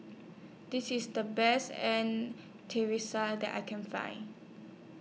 This IS The Best An that I Can Find